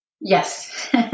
Yes